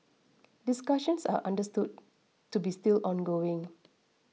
discussions are understood to be still ongoing